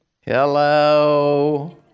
Hello